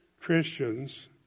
Christians